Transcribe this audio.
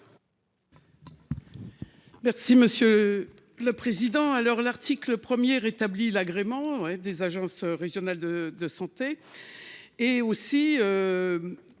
Merci monsieur. Le Président à heure l'article 1er rétabli l'agrément des agences régionales de santé. Et aussi.